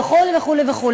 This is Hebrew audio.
וכו' וכו' וכו'.